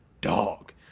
dog